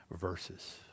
verses